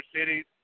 cities